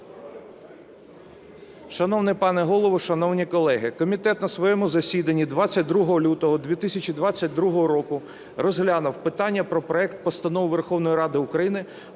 Шановний пане Голово, шановні колеги! Комітет на своєму засіданні 22 лютого 2022 року розглянув питання про проект Постанови Верховної Ради України